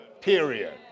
Period